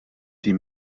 die